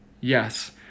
Yes